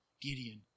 Gideon